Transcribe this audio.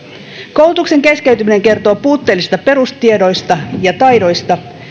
koulutuksen keskeytyminen kertoo puutteellisista perustiedoista ja taidoista